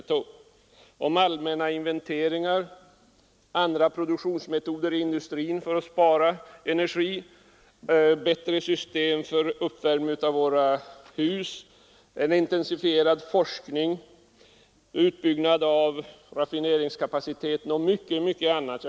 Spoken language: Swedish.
Man framhåller behovet av en allmän inventering, av nya produktionsmetoder inom industrin för att spara energi, av bättre sätt för uppvärmning av våra hus, av en intensifierad forskning, av en utbyggnad av raffineringskapaciteten och mycket annat.